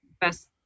best